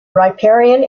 riparian